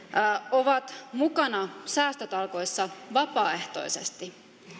ovat mukana säästötalkoissa vapaaehtoisesti